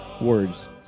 words